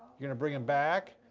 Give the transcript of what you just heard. going to bring them back,